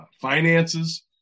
finances